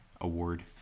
award